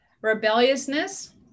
rebelliousness